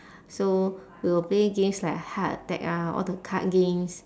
so we will play games like heart attack ah all the card games